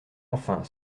enfin